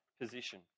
position